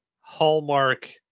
Hallmark